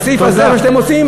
בסעיף הזה מה שאתם עושים,